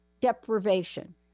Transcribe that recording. deprivation